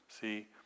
See